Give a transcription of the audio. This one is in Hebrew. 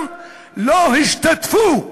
לא השתתפה שם.